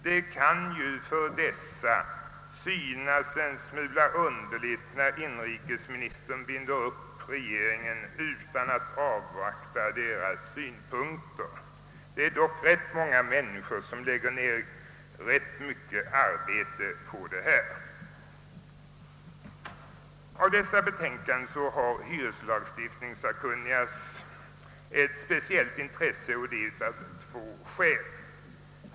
Det kan ju för dessa synas en smula underligt att inrikesministern binder regeringens ställningstagande i dessa frågor utan att avvakta deras synpunkter. Det är dock ganska många människor som lägger ned rätt mycket arbete på att utarbeta remissvar. Av dessa betänkanden har hyreslagstiftningssakkunnigas ett speciellt intresse, och det av två skäl.